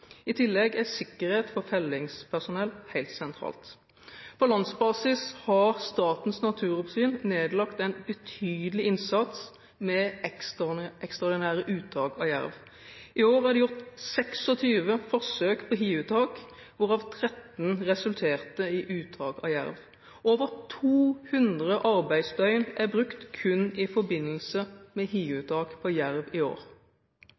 I tillegg er sikkerhet for fellingspersonell helt sentralt. På landsbasis har Statens naturoppsyn nedlagt en betydelig innsats med ekstraordinære uttak av jerv. I år er det gjort 26 forsøk på hiuttak, hvorav 13 resulterte i uttak av jerv. Over 200 arbeidsdøgn er brukt kun i forbindelse med hiuttak på jerv i år.